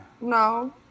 No